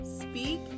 Speak